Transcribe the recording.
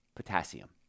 potassium